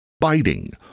biting